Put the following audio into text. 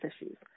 issues